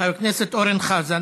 חבר הכנסת אורן חזן,